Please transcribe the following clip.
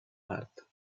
part